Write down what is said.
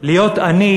"להיות עני